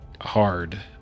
hard